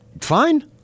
Fine